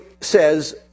says